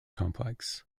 complex